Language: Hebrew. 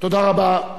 תודה רבה.